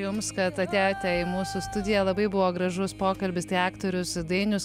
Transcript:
jums kad atėjote į mūsų studiją labai buvo gražus pokalbis tai aktorius dainius